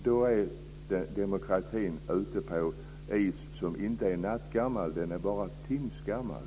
Då är demokratin ute på is som inte ens är nattgammal, den är bara timsgammal.